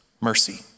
mercy